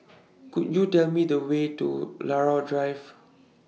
Could YOU Tell Me The Way to Drive